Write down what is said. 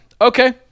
Okay